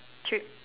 trip